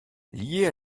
lié